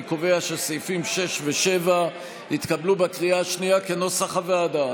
אני קובע שסעיפים 6 7 התקבלו בקריאה השנייה כנוסח הוועדה.